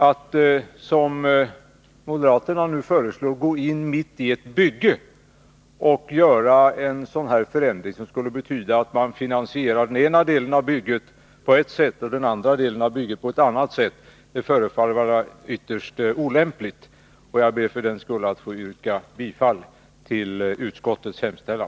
Att som moderaterna nu föreslår gå in mitt i ett bygge och göra en sådan här förändring, som skulle betyda att man finansierar den ena delen av bygget på ett sätt och den andra delen på ett annat sätt, förefaller emellertid vara ytterst olämpligt, och jag ber för den skull att få yrka bifall till utskottets hemställan.